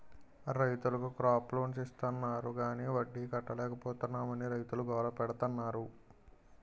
రైతులకు crop loans ఇస్తాన్నారు గాని వడ్డీ కట్టలేపోతున్నాం అని రైతులు గోల పెడతన్నారు